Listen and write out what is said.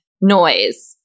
noise